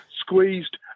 squeezed